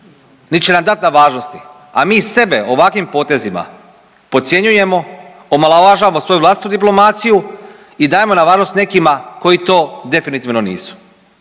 niti će nam dati na važnosti. A mi sebe ovakvim potezima podcjenjujemo, omalovažavamo svoju vlastitu diplomaciju i dajemo na važnost nekima koji to definitivno nisu.